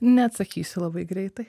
neatsakysiu labai greitai